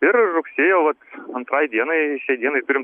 ir rugsėjo vat antrai dienai šiai dienai turim